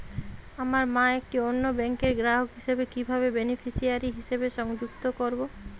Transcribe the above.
আমার মা একটি অন্য ব্যাংকের গ্রাহক হিসেবে কীভাবে বেনিফিসিয়ারি হিসেবে সংযুক্ত করব?